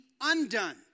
undone